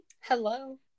Hello